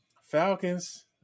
Falcons